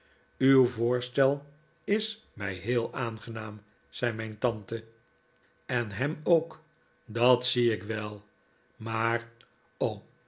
uw voorstel is mij heel aangenaam zei mijn tante en hem ook dat zie ik wel maar